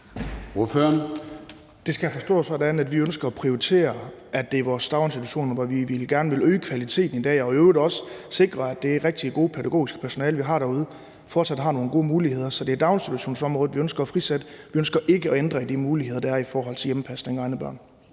Det skal forstås sådan, at vi ønsker at prioritere, at det er på vores daginstitutioner, vi gerne vil øge kvaliteten i dag, og i øvrigt også sikre, at det rigtig gode pædagogiske personale, vi har derude, fortsat har nogle gode muligheder. Så det er daginstitutionsområdet, vi ønsker at frisætte. Vi ønsker ikke at ændre i de muligheder, der er i forhold til hjemmepasning af egne børn.